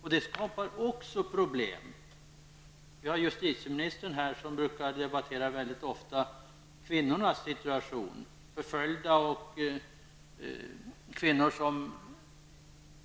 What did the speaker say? Även detta skapar problem. Justitieministern är i kammaren, och hon brukar mycket ofta diskutera kvinnornas situation, bl.a. förföljda kvinnor som